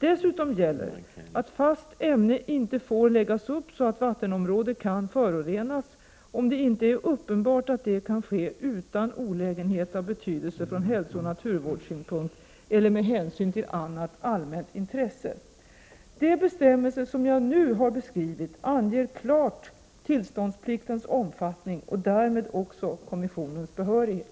Dessutom gäller att fast ämne inte får läggas upp så att vattenområde kan förorenas, om det inte är uppenbart att det kan ske utan olägenhet av betydelse från hälsooch naturvårdssynpunkt eller med hänsyn till annat allmänt intresse. De bestämmelser som jag nu har beskrivit anger klart tillståndspliktens omfattning och därmed också kommissionens behörighet.